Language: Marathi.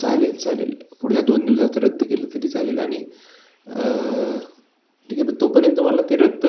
चालेल चालेल पुढच्या दोन दिवसाचं रद्द केलं तरी चालेल आणि ठीक आहे पण तोपर्यंत मला ते रद्द